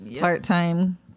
Part-time